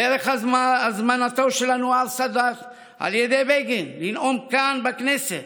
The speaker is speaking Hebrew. דרך הזמנתו של אנואר סאדאת על ידי בגין לנאום כאן בכנסת